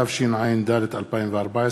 התשע"ד 2014,